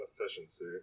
efficiency